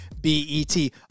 B-E-T